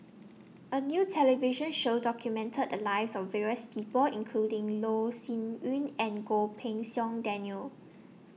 A New television Show documented The Lives of various People including Loh Sin Yun and Goh Pei Siong Daniel